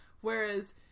Whereas